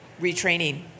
retraining